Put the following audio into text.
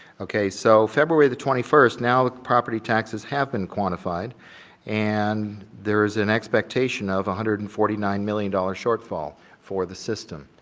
okay, so february the twenty first, now the property taxes have been quantified and there's an expectation of a one hundred and forty nine million dollar shortfall for the system.